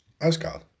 Asgard